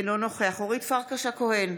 אינו נוכח אורית פרקש הכהן,